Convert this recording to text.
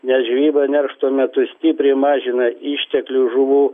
nes žvejyba neršto metu stipriai mažina išteklių žuvų